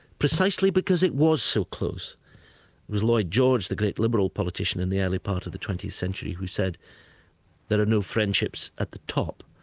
precisely because it was so close. it was lloyd george, the great liberal politician in the early part of the twentieth century who said there are no friendships at the top.